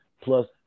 plus